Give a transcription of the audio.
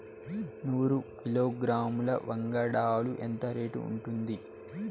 నూరు కిలోగ్రాముల వంగడాలు ఎంత రేటు ఉంటుంది?